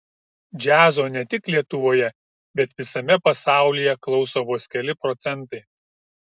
džiazo ne tik lietuvoje bet visame pasaulyje klauso vos keli procentai